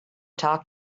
talk